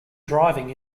driving